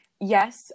yes